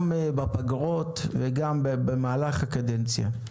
גם בפגרות וגם במהלך הקדנציה.